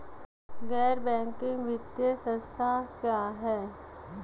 गैर बैंकिंग वित्तीय संस्था क्या है?